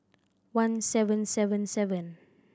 one seven seven seven